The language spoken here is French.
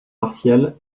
martial